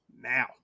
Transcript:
now